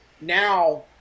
now